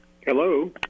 Hello